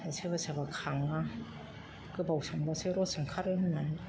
आरो सोरबा सोरबा खाङा गोबाव संब्लासो रस ओंखारो होननानै